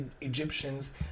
Egyptians